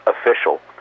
official